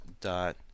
dot